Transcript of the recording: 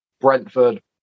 Brentford